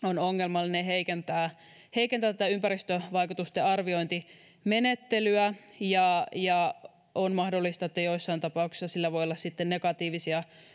on ongelmallinen periaatteen tasolla ja heikentää ympäristövaikutusten arviointimenettelyä ja ja on mahdollista että joissain tapauksissa sillä voi olla sitten negatiivisia